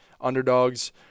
underdogs